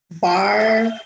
bar